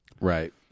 Right